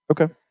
Okay